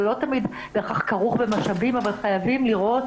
זה לא בהכרח כרוך במשאבים לראות,